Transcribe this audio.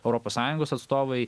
europos sąjungos atstovai